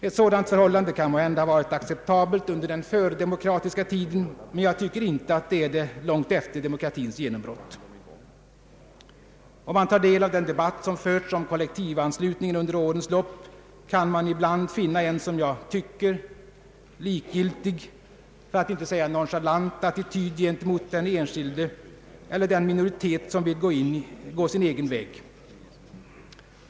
Ett sådant förhållande kan måhända ha varit acceptabelt under den fördemokratiska tiden, men jag tycker inte att detta gäller långt efter demokratins genombrott. Tar man del av den debatt som förts om kollektivanslutningen under årens lopp kan man ibland finna en som jag tycker likgiltig — för att inte säga nonchalant — attityd gentemot den enskilde eller den minoritet som vill gå sin egen väg.